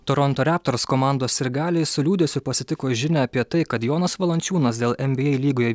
toronto reptors komandos sirgaliai su liūdesiu pasitiko žinią apie tai kad jonas valančiūnas dėl en by ei lygoje